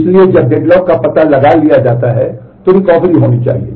इसलिए जब डेडलॉक का पता लगा लिया जाता है तो रिकवरी होनी चाहिए